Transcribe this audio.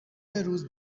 روز